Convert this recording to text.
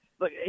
look